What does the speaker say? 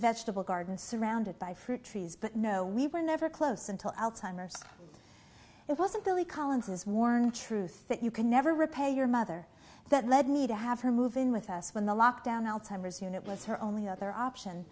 vegetable garden surrounded by fruit trees but no we were never close until alzheimer's it wasn't billy collins is warning truth that you can never repay your mother that led me to have her move in with us when the lockdown alzheimer's unit was her only other option